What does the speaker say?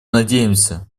надеемся